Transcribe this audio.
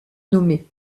nommé